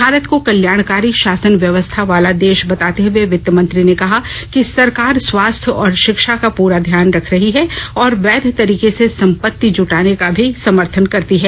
भारत को कल्याणकारी शासन व्यवस्था वाला देश बताते हुए वित्तमंत्री ने कहा कि सरकार स्वास्थ्य और शिक्षा का पूरा ध्यान रख रही है और वैद्य तरीके से संपत्ति जुटाने का भी समर्थन करती है